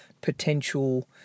potential